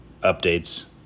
updates